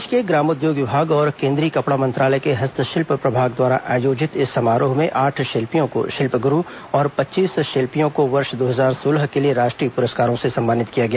प्रदेश के ग्रामोद्योग विभाग और केन्द्रीय कपड़ा मंत्रालय के हस्तशिल्प प्रभाग द्वारा आयोजित इस समारोह में आठ शिल्पियों को शिल्प गुरू और पच्चीस शिल्पियों को वर्ष दो हजार सोलह के लिए राष्ट्रीय पुरस्कारों से सम्मानित किया गया